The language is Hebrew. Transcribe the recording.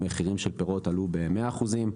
מחירים של פירות עלו ב-100 אחוזים,